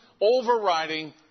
overriding